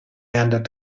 and